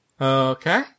Okay